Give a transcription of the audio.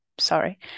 Sorry